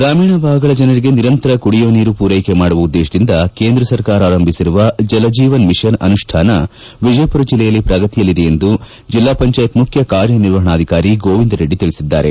ಗ್ರಾಮೀಣ ಭಾಗಗಳ ಜನರಿಗೆ ನಿರಂತರ ಕುಡಿಯುವ ನೀರು ಪೂರೈಕೆ ಮಾಡುವ ಉದ್ದೇಶದಿಂದ ಕೇಂದ್ರ ಸರ್ಕಾರ ಆರಂಭಿಸಿರುವ ಜಲಜೇವನ್ ಮಿಷನ್ ಅನುಷ್ಟಾನ ವಿಜಯಪುರ ಜಿಲ್ಲೆಯಲ್ಲಿ ಪುಗತಿಯಲ್ಲಿದೆ ಎಂದು ಜಿಲ್ಲಾ ಪಂಜಾಯತ್ ಮುಖ್ಯ ಕಾರ್ಯನಿರ್ವಹಣಾಧಿಕಾರಿ ಗೋವಿಂದ ರೆಡ್ಡಿ ತಿಳಿಸಿದ್ದಾರೆ